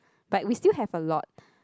but we still have a lot